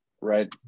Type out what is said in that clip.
Right